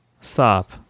Stop